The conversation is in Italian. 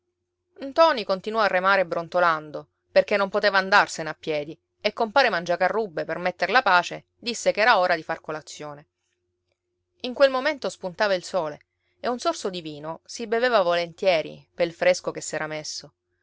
ntoni continuò a remare brontolando perché non poteva andarsene a piedi e compare mangiacarrubbe per metter la pace disse che era ora di far colazione in quel momento spuntava il sole e un sorso di vino si beveva volentieri pel fresco che s'era messo